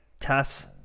TAS